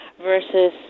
versus